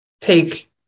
take